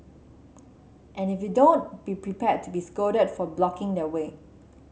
and if you don't be prepared to be scolded for blocking their way